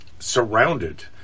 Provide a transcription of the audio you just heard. surrounded